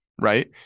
Right